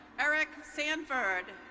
eric sanford.